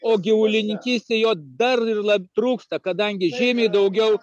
o gyvulininkystė jo dar ir labai trūksta kadangi žymiai daugiau